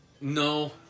No